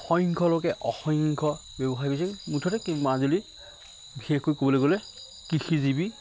অসংখ্য লোকে অসংখ্য ব্যৱসায় বিচাৰি মুঠতে কি মাজুলী বিশেষকৈ ক'বলে গ'লে কৃষিজীৱী